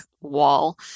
wall